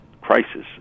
crisis